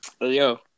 Yo